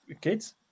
kids